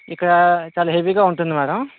ఇక్కడ చాలా హెవీగా ఉంటుంది మ్యాడమ్